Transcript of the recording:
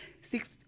Six